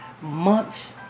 months